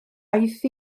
aeth